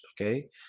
Okay